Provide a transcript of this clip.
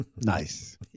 Nice